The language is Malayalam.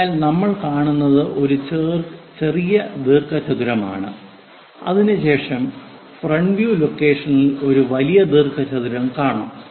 അതിനാൽ നമ്മൾ കാണുന്നത് ഒരു ചെറിയ ദീർഘചതുരമാണ് അതിനുശേഷം ഫ്രണ്ട് വ്യൂ ലൊക്കേഷനിൽ ഒരു വലിയ ദീർഘചതുരം കാണും